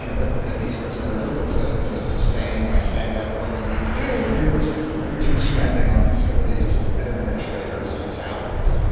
kind of that that these sports are more difficult to to sustain by saying that what you need to do is reduce spending on facilities and administrators and salaries.